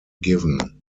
given